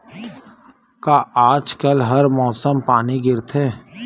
का आज कल हर मौसम पानी गिरथे?